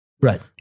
Right